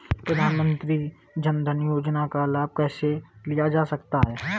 प्रधानमंत्री जनधन योजना का लाभ कैसे लिया जा सकता है?